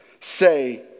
Say